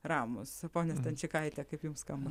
ramūs ponia stančikaite kaip jum skamba